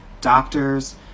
doctors